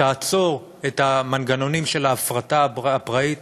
שתעצור את המנגנונים של ההפרטה הפראית,